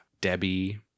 Debbie